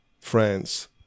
France